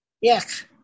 Yes